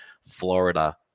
Florida